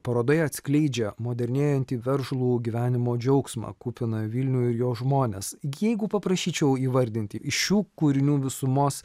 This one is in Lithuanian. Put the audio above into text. parodoje atskleidžia modernėjantį veržlų gyvenimo džiaugsmą kupiną vilnių ir jo žmones jeigu paprašyčiau įvardinti iš šių kūrinių visumos